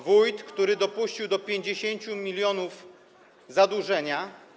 Wójt, który dopuścił do 50-milionowego zadłużenia.